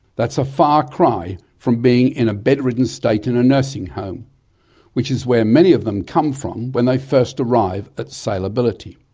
that's a far cry from a being in a bedridden state in a nursing home which is where many of them come from when they first arrive at sailability.